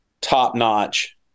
top-notch